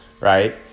right